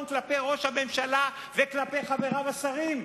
כלפי ראש הממשלה וכלפי חבריו השרים,